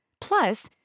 Plus